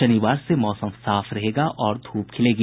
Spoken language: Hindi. शनिवार से मौसम साफ रहेगा और धूप खिलेगी